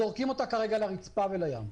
זורקים אותה כרגע לרצפה ולים.